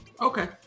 Okay